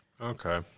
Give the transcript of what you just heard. Okay